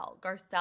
Garcelle